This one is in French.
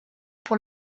pour